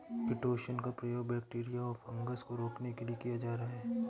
chitosan का प्रयोग bacteria और फँगस को रोकने के लिए किया जा रहा है